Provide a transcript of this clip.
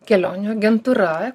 kelionių agentūra